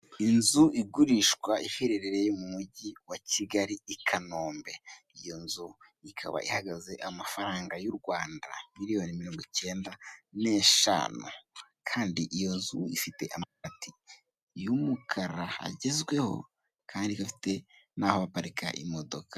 Inzu igurishwa iherereye mu mujyi wa kigali i Kanombe, iyo nzu ikaba ihagaze amafaranga yu Rwanda miliyoni mirongo icyenda n'eshanu, kandi iyo nzu ifite amabati y'umukara agezweho kandi igafite naho baparika imodoka.